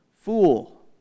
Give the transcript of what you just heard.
Fool